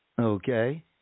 Okay